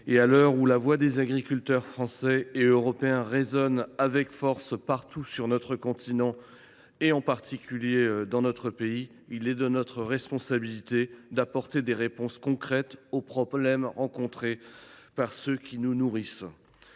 à l’heure où la voix des agriculteurs français et européens résonne avec force partout sur notre continent, en particulier dans notre pays, il est de notre responsabilité d’apporter des réponses concrètes aux problèmes rencontrés par ceux qui nous nourrissent.